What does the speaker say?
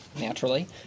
naturally